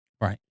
Right